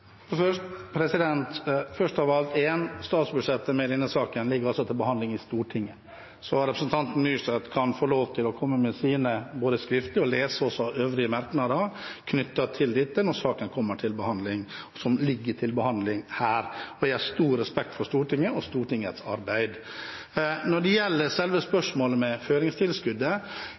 Først av alt: Statsbudsjettet med denne saken ligger til behandling i Stortinget, så representanten Myrseth kan få lov til både å komme med sine skriftlige merknader og også lese øvrige merknader knyttet til dette. Jeg har stor respekt for Stortinget og Stortingets arbeid. Når det gjelder selve spørsmålet om føringstilskuddet,